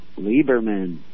Lieberman